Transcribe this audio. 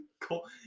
Cool